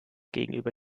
gegenüber